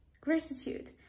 gratitude